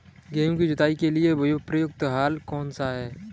गेहूँ की जुताई के लिए प्रयुक्त हल कौनसा है?